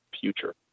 future